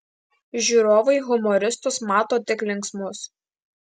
žiūrovai humoristus mato tik linksmus